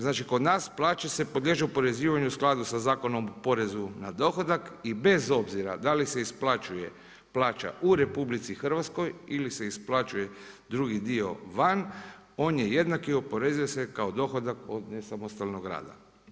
Znači kod nas plaće se podliježu oporezivanju u skladu sa Zakonom o porezu na dohodak i bez obzira da li se isplaćuje plaća u RH ili se isplaćuje drugi dio van on je jednak i oporezuje se kao dohodak od nesamostalnog rada.